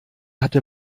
hatte